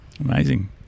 amazing